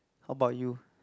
how about you